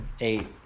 Eight